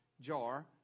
jar